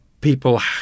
people